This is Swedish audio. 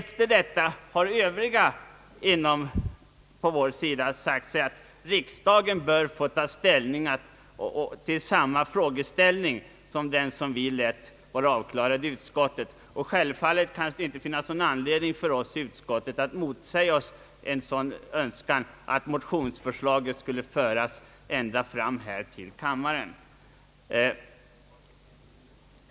Våra kamrater har senare sagt oss att riksdagen bör få ta ställning till samma frågeställning som den vi tagit upp i utskottet. Självfallet fanns det inte någon anledning för oss i utskottet att motsätta oss en sådan önskan att motionsförslaget nu skulle föras ända fram till kammarens ledamöter.